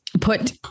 put